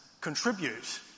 contribute